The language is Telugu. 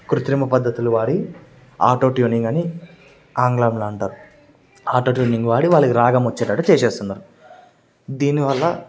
కృత్రిమ పద్ధతులు వాడి ఆటో ట్యూనింగ్ అని ఆంగ్లంలో అంటారు ఆటో ట్యూనింగ్ వాడి వాళ్ళకి రాగం వచ్చేటట్టు చేసేస్తున్నారు దీని వల్ల